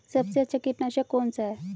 सबसे अच्छा कीटनाशक कौन सा है?